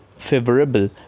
favorable